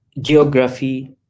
geography